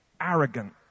Arrogant